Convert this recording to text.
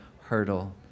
hurdle